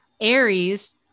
Aries